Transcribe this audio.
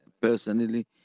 personally